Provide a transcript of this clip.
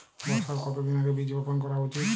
বর্ষার কতদিন আগে বীজ বপন করা উচিৎ?